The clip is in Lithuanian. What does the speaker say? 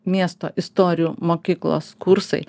miesto istorijų mokyklos kursai